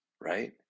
right